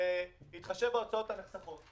בהתחשב בהוצאות הנחסכות.